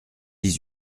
dix